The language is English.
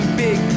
big